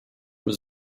was